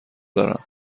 دارم